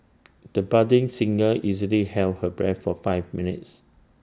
the budding singer easily held her breath for five minutes